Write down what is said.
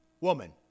Woman